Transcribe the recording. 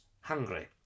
hungry